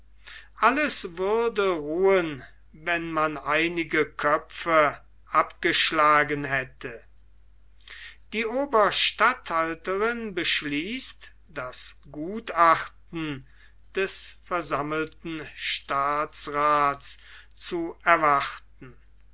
alles würde ruhen wenn man einige köpfe abgeschlagen hätte die oberstatthalterin beschließt das gutachten des versammelten staatsraths zu erwarten